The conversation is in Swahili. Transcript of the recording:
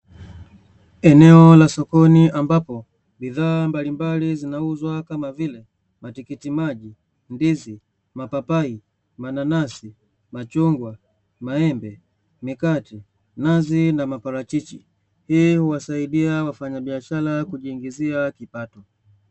Eneo la sokoni ambapo bidhaa mbalimbali zinauzwa kama vile matikiti maji, ndizi ,mapapai ,mananasi, machungwa ,maembe ,mikate ,nazi na maparachichi hii husaidia wafanyabiashara kujiingizia kipato.